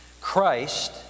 Christ